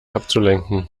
abzulenken